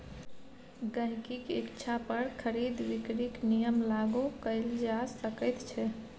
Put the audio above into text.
गहिंकीक इच्छा पर खरीद बिकरीक नियम लागू कएल जा सकैत छै